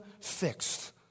fixed